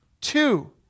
Two